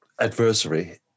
adversary